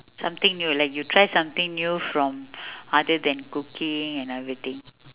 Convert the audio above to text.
something new like you try something new from other than cooking and everything